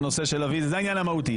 זה העניין המהותי.